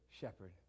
shepherd